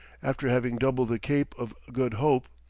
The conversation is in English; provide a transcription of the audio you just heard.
after having doubled the cape of good hope.